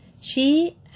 She